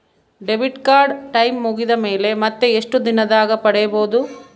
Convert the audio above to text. Debit card time ಮುಗಿದ ಮೇಲೆ ಮತ್ತೆ ಎಷ್ಟು ದಿನದಾಗ ಪಡೇಬೋದು?